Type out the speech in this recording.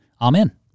Amen